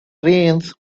reins